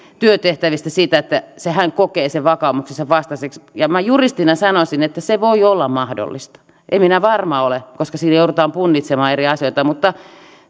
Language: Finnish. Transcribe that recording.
työtehtävistä jos hän kokee sen vakaumuksensa vastaiseksi minä juristina sanoisin että se voi olla mahdollista en minä varma ole koska siinä joudutaan punnitsemaan eri asioita mutta